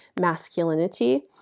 masculinity